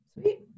Sweet